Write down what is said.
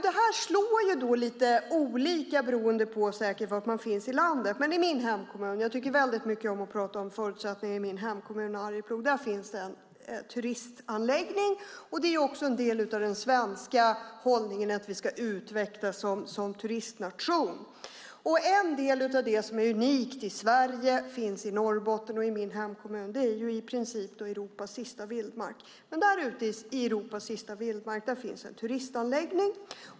Detta slår lite olika beroende på var man finns i landet. Jag tycker mycket om att tala om min hemkommun Arjeplog. Där finns en turistanläggning. Det är också en del av den svenska hållningen att vi ska utvecklas som turistnation. En del av det som är unikt i Sverige finns i Norrbotten och i min hemkommun. Det är i princip Europas sista vildmark. Där ute i Europas sista vildmark finns en turistanläggning.